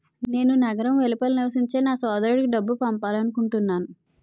నేను నగరం వెలుపల నివసించే నా సోదరుడికి డబ్బు పంపాలనుకుంటున్నాను